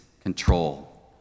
control